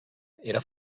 era